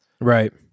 Right